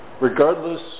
Regardless